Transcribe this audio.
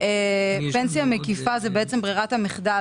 פנסיה מקיפה זה בעצם ברירת המחדל,